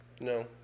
No